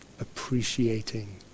appreciating